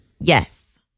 yes